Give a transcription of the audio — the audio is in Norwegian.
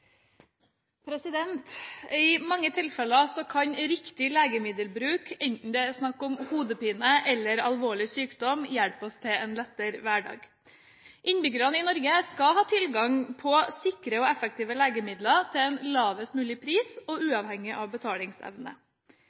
snakk om hodepine eller alvorlig sykdom, hjelpe oss til en lettere hverdag. Innbyggerne i Norge skal ha tilgang til sikre og effektive legemidler til en lavest mulig pris og uavhengig av betalingsevne.